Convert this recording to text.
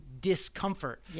discomfort